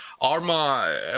Arma